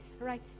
right